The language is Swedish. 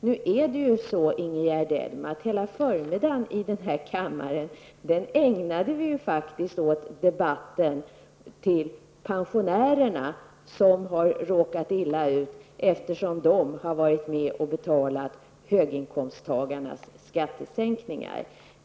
Nu är det ju så, Ingegerd Elm, att hela förmiddagen i denna kammare ägnades åt debatten om de pensionärer som råkat illa ut eftersom de varit med och betalat höginkomsttagarnas skattesänkningar.